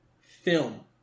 film